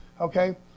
okay